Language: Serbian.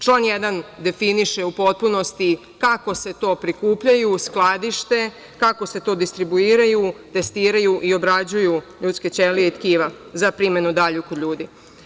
Član 1. definiše u potpunosti kako se to prikupljaju, skladište, kako se to distribuiraju, testiraju i obrađuju ljudske ćelije i tkiva za dalju primenu kod ljudi.